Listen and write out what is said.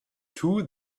two